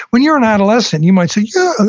when you're an adolescent, you might say, yeah.